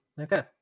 Okay